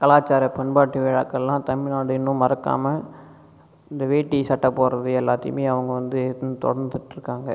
கலாச்சார பண்பாட்டு விழாக்கள்லா தமிழ்நாடு இன்னும் மறக்காமல் இந்த வேட்டி சட்டை போடுகிறது எல்லாத்தையுமே அவங்க வந்து தொடர்ந்துகிட்டு இருக்காங்க